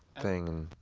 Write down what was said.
thing.